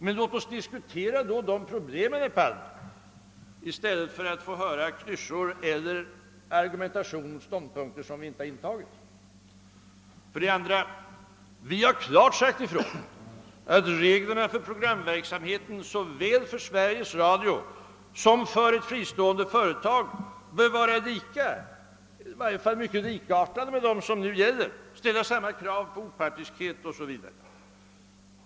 Men låt oss då diskutera dessa problem, herr Palme, så att vi slipper höra klyschor, så att vi slipper debattera ståndpunkter som vi inte har intagit. För det andra vill jag framhålla att vi klart sagt ifrån att reglerna för programverksamheten såväl för Sveriges Radio som för ett fristående företag bör vara likartade dem som nu gäller, ställa samma krav på opartiskhet o. s. v.